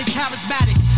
charismatic